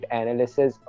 analysis